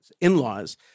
in-laws